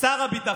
שר חוץ.